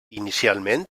inicialment